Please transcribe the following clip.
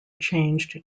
changed